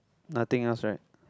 nothing else right